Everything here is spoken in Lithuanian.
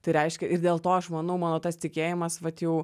tai reiškia ir dėl to aš manau mano tas tikėjimas vat jau